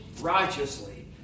righteously